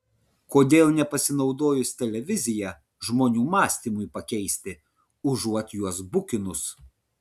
kodėl nepasinaudojus televizija žmonių mąstymui pakeisti užuot juos bukinus